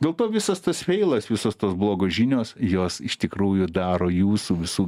dėl to visas tas feilas visos tos blogos žinios jos iš tikrųjų daro jūsų visų